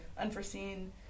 unforeseen